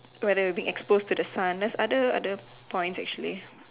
whether you being exposed to the sun there is other other points actually